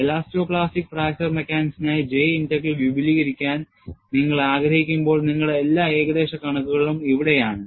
elasto plastic fracture മെക്കാനിക്സിനായി J integral വിപുലീകരിക്കാൻ നിങ്ങൾ ആഗ്രഹിക്കുമ്പോൾ നിങ്ങളുടെ എല്ലാ ഏകദേശ കണക്കുകളും ഇവിടെയാണ്